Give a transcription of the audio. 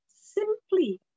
simply